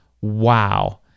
wow